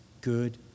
good